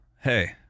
hey